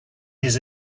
his